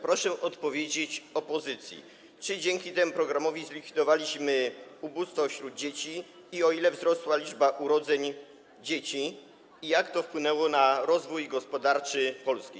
Proszę odpowiedzieć opozycji, czy dzięki temu programowi zlikwidowaliśmy ubóstwo wśród dzieci, o ile wzrosła liczba urodzeń dzieci i jak to wpłynęło na rozwój gospodarczy Polski.